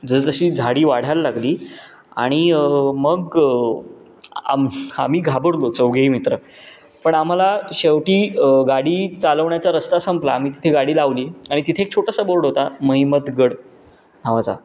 जसजशी झाडी वाढायला लागली आणि मग आम आम्ही घाबरलो चौघेही मित्र पण आम्हाला शेवटी गाडी चालवण्याचा रस्ता संपला आम्ही तिथे गाडी लावली आणि तिथे एक छोटसा बोर्ड होता महिमतगड नावाचा